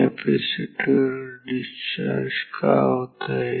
capacitor discharge का होत आहे